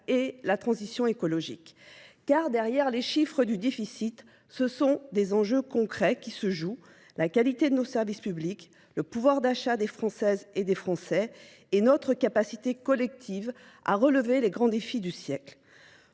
et la transition écologique. Car derrière les chiffres du déficit, ce sont des enjeux concrets qui se jouent, la qualité de nos services publics, le pouvoir d'achat des Françaises et des Français et notre capacité collective à relever les grands défis du siècle.